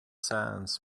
sands